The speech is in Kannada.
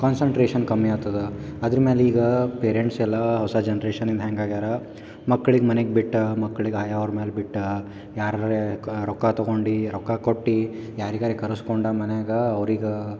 ಕಾನ್ಸನ್ಟ್ರೇಶನ್ ಕಮ್ಮಿ ಆಗ್ತದ ಅದ್ರ ಮೇಲೆ ಈಗ ಪೇರೆಂಟ್ಸ್ ಎಲ್ಲ ಹೊಸ ಜನ್ರೇಷನ್ ಇಂದ ಹ್ಯಾಂಗೆ ಆಗ್ಯಾರೆ ಮಕ್ಳಿಗೆ ಮನೆಯಾಗ್ ಬಿಟ್ಟು ಮಕ್ಳಿಗೆ ಆಯಾ ಅವ್ರ ಮೇಲೆ ಬಿಟ್ಟು ಯಾರರೆ ರೆಕ್ಕ ರೊಕ್ಕ ತಗೊಂಡು ರೊಕ್ಕ ಕೊಟ್ಟು ಯಾರಿಗಾರ ಕರಸ್ಕೊಂಡು ಮನೆಯಾಗ ಅವ್ರಿಗೆ